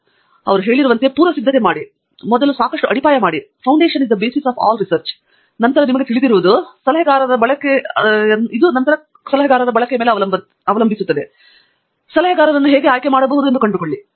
ಈ ದಿನಗಳಲ್ಲಿ ಅವರು ಹೇಳಿರುವಂತೆ ಪೂರ್ವಸಿದ್ಧತೆ ಮಾಡಿ ಮೊದಲು ಸಾಕಷ್ಟು ಅಡಿಪಾಯ ಮಾಡಿ ಮತ್ತು ನಂತರ ನಿಮಗೆ ತಿಳಿದಿರುವವರು ಸಲಹೆಗಾರನ ಬಳಕೆಯನ್ನು ಹೇಗೆ ಅವಲಂಬಿಸಿರುತ್ತಾರೆ ಮತ್ತು ಸಲಹೆಗಾರರನ್ನು ಹೇಗೆ ಆಯ್ಕೆ ಮಾಡುತ್ತಾರೆ ಎಂಬುದನ್ನು ಕಂಡುಕೊಳ್ಳಿ